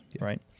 right